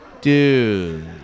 Dude